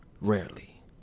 rarely